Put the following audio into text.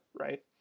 right